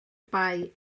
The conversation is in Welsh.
bai